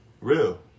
real